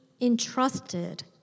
entrusted